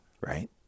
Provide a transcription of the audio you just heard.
right